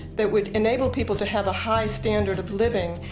that would enable people to have a high standard of living,